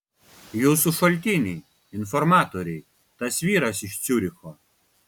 jūsų šaltiniai informatoriai tas vyras iš ciuricho